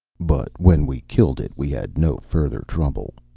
but when we'd killed it we had no further trouble.